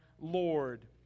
Lord